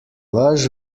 lush